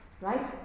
Right